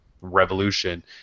revolution